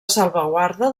salvaguarda